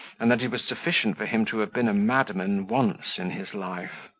and that it was sufficient for him to have been a madman once in his life.